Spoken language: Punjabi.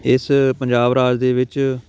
ਇਸ ਪੰਜਾਬ ਰਾਜ ਦੇ ਵਿੱਚ